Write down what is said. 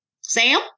Sam